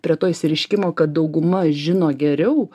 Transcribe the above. prie to išsireiškimo kad dauguma žino geriau